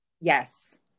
Yes